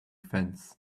fence